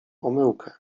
omyłkę